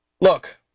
Look